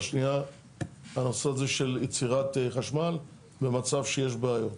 והשנייה הנושא הזה של יצירת חשמל במצב שיש בעיות.